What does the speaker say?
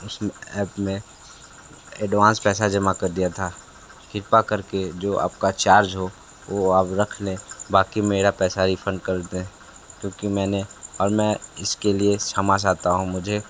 उसमे app advance पैसा जमा कर दिया था कृपा करके जो आपका चार्ज हो वो आप रख लें बाकि मेरा पैसा रिफंड कर दें क्योंकि मैंने और मैं इसके लिए क्षमा चाहता हूँ मुझे